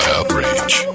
Outrage